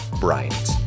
Bryant